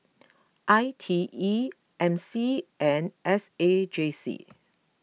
I T E M C and S A J C